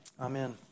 Amen